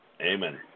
Amen